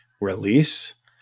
release